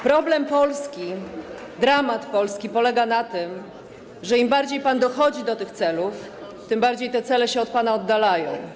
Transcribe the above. Problem Polski, dramat Polski polega na tym, że im bardziej pan dochodzi do tych celów, tym bardziej te cele się od pana oddalają.